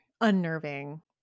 unnerving